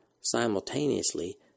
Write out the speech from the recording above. simultaneously